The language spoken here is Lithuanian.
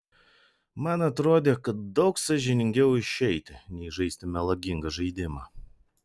man atrodė kad daug sąžiningiau išeiti nei žaisti melagingą žaidimą